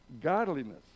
godliness